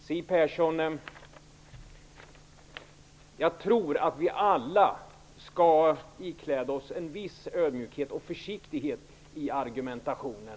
Jag tror faktiskt att vi alla, Siw Persson, skall ikläda oss en viss ödmjukhet och försiktighet i argumentationen.